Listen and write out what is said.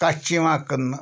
کَچھہٕ چھِ یِوان کٕنٛنہٕ